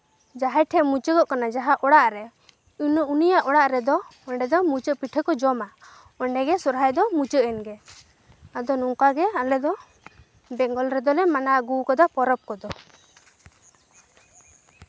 ᱡᱟᱦᱟᱸᱭ ᱴᱷᱮᱡ ᱢᱩᱪᱟᱹᱫᱚᱜ ᱠᱟᱱᱟ ᱡᱟᱦᱟᱸ ᱚᱲᱟᱜ ᱨᱮ ᱤᱱᱟᱹ ᱩᱱᱤᱭᱟᱜ ᱚᱲᱟᱜ ᱨᱮᱫᱚ ᱚᱸᱰᱮ ᱫᱚ ᱢᱩᱪᱟᱹᱫ ᱯᱤᱴᱷᱟᱹ ᱠᱚ ᱡᱚᱢᱟ ᱚᱸᱰᱮ ᱜᱮ ᱥᱚᱨᱦᱟᱭ ᱫᱚ ᱢᱩᱪᱟᱹᱫ ᱮᱱ ᱜᱮ ᱟᱫᱚ ᱱᱚᱝᱠᱟ ᱜᱮ ᱟᱞᱮ ᱫᱚ ᱵᱮᱝᱜᱚᱞ ᱨᱮᱫᱚᱞᱮ ᱢᱟᱱᱟᱣ ᱟᱹᱜᱩᱣᱟᱠᱟᱫᱟ ᱯᱚᱨᱚᱵ ᱠᱚᱫᱚ